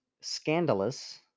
Scandalous